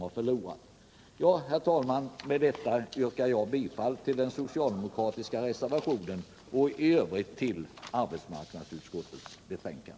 Herr talman! Med det sagda ber jag att få yrka bifall till den socialdemokratiska reservationen och i övrigt till arbetsmarknadsutskottets hemställan.